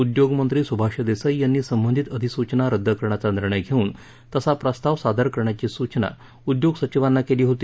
उद्योगमंत्री सुभाष देसाई यांनी संबंधित अधिसूचना रद्द करण्याचा निर्णय घेवून तसा प्रस्ताव सादर करण्याची सूचना उद्योग सचिवांना केली होती